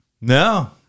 No